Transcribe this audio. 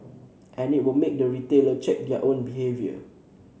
and it will make the retailer check their own behaviour